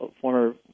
former